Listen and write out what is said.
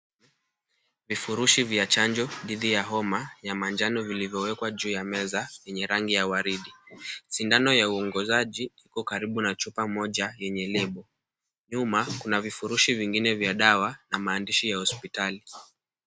Vifurushi vya chanjo dhidi ya homa ya manjano vilivyowekwa juu ya meza yenye rangi ya waridi. Sindano ya uongozaji iko karibu na chupa moja yenye lebo. Nyuma kuna vifurushi vingine vya dawa na maandishi ya hospitali.